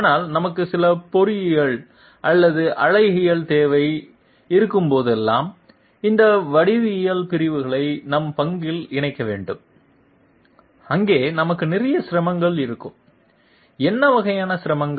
ஆனால் நமக்கு சில பொறியியல் அல்லது அழகியல் தேவை இருக்கும்போதெல்லாம் அந்த வடிவியல் பிரிவுகளை நம் பங்கில் இணைக்க வேண்டும் அங்கே நமக்கு நிறைய சிரமங்கள் இருக்கும் என்ன வகையான சிரமங்கள்